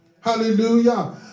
Hallelujah